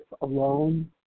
alone